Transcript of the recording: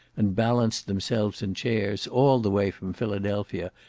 and balanced themselves in chairs, all the way from philadelphia,